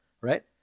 right